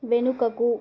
వెనుకకు